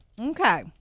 Okay